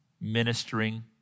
ministering